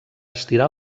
estirar